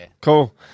cool